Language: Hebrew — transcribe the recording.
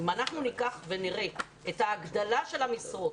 אם אנחנו ניקח ונראה את ההגדלה של המשרות,